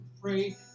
pray